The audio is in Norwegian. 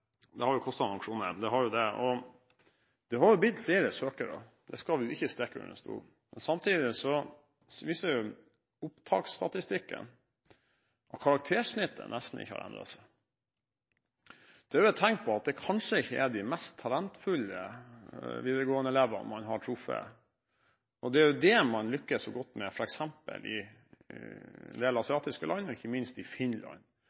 det har jo det. Det har blitt flere søkere, det skal vi ikke stikke under stol. Men samtidig viser opptaksstatistikken at karaktersnittet nesten ikke har endret seg. Det er et tegn på at det kanskje ikke er de mest talentfulle videregående elevene man har truffet. Det er det man lykkes så godt med f.eks. i en del asiatiske land, og ikke minst i Finland,